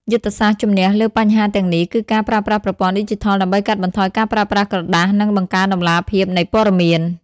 យុទ្ធសាស្ត្រជំនះលើបញ្ហាទាំងនេះ គឺការប្រើប្រាស់ប្រព័ន្ធឌីជីថលដើម្បីកាត់បន្ថយការប្រើប្រាស់ក្រដាស និងបង្កើនតម្លាភាពនៃព័ត៌មាន។